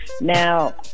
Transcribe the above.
Now